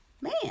Man